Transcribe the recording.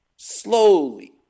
slowly